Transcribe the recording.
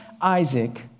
Isaac